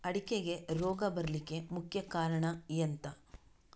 ಅಡಿಕೆಗೆ ರೋಗ ಬರ್ಲಿಕ್ಕೆ ಮುಖ್ಯ ಕಾರಣ ಎಂಥ?